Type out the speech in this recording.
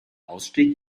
ausstieg